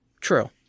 True